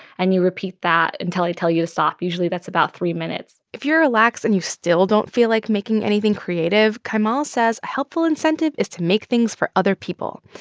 and you repeat that until i tell you to stop. usually, that's about three minutes if you're relaxed and you still don't feel like making anything creative, kaimal says a helpful incentive is to make things for other people.